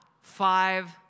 five